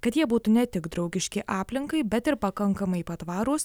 kad jie būtų ne tik draugiški aplinkai bet ir pakankamai patvarūs